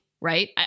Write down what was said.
right